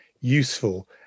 useful